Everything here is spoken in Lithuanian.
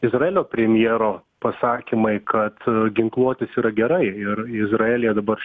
izraelio premjero pasakymai kad ginkluotis yra gerai ir izraelyje dabar